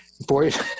Boys